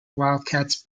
wildcats